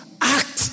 act